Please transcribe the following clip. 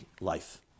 life